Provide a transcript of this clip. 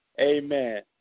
Amen